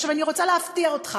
עכשיו, אני רוצה להפתיע אותך.